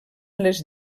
les